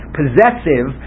possessive